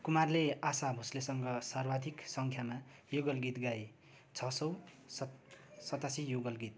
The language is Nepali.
कुमारले आशा भोस्लेसँग सर्वाधिक सङ्ख्यामा युगल गीत गाइ छसौ सत सतासी युगल गीत